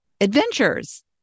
adventures